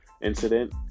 incident